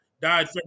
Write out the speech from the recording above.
died